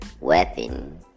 weapon